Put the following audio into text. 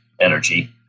energy